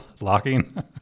locking